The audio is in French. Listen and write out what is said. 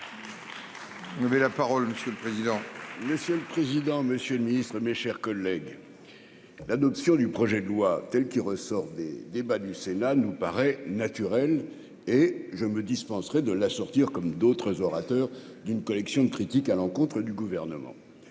Vous avez la parole monsieur le président, messieurs. Président, Monsieur le Ministre, mes chers collègues. L'adoption du projet de loi telle qu'il ressort des débats du Sénat nous paraît naturel, et je me dispenserait de la sortir comme d'autres orateurs d'une collection de critiques à l'encontre du gouvernement,